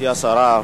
גברתי השרה,